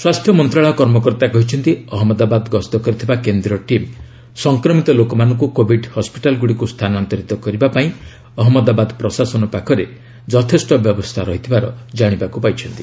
ସ୍ୱାସ୍ଥ୍ୟ ମନ୍ତ୍ରଣାଳୟ କର୍ମକର୍ତ୍ତା କହିଛନ୍ତି ଅହମ୍ମଦାବାଦ ଗସ୍ତ କରିଥିବା କେନ୍ଦ୍ରୀୟ ଟିମ୍ ସଂକ୍ରମିତ ଲୋକମାନଙ୍କୁ କୋଭିଡ୍ ହସ୍କିଟାଲ୍ଗୁଡ଼ିକୁ ସ୍ଥାନାନ୍ତରିତ କରିବା ପାଇଁ ଅହମ୍ମଦାବାଦ ପ୍ରଶାସନ ପାଖରେ ଯଥେଷ୍ଟ ବ୍ୟବସ୍ଥା ରହିଥିବାର ଜାଣିବାକୁ ପାଇଛନ୍ତି